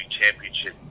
Championship